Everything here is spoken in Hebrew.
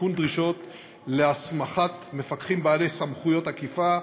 עדכון הדרישות להסמכת מפקחים בעלי סמכויות אכיפה,